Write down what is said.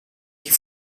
die